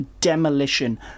demolition